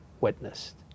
witnessed